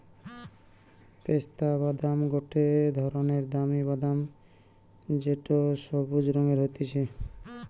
পেস্তা বাদাম গটে ধরণের দামি বাদাম যেটো সবুজ রঙের হতিছে